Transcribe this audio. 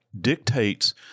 dictates